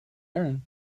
erin